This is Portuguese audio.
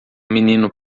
menino